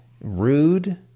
rude